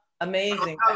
Amazing